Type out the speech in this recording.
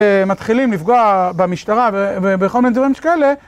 מתחילים לפגוע במשטרה ובכל מיני דברים שכאלה